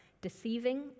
deceiving